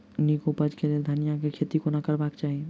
नीक उपज केँ लेल धनिया केँ खेती कोना करबाक चाहि?